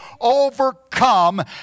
overcome